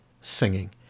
singing